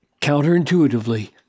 counterintuitively